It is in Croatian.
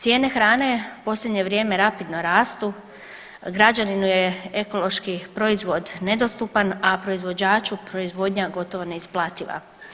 Cijene hrane u posljednje vrijeme rapidno rastu, građaninu je ekološki proizvod nedostupan, a proizvođaču proizvodnja gotovo neisplativa.